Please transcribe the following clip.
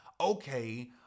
okay